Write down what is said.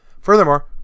Furthermore